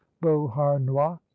beauharnois